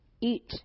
eat